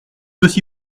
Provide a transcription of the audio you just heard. aussi